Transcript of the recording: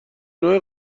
نوع